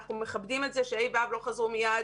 אנחנו מכבדים את זה שה'-ו' לא חזרו מייד,